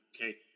Okay